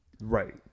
Right